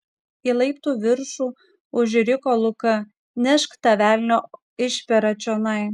į laiptų viršų užriko luka nešk tą velnio išperą čionai